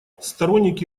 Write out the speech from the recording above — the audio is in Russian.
сторонники